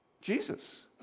Jesus